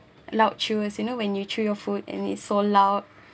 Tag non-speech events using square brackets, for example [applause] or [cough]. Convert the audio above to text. loud chews you know when you chew your food and it's so loud [breath]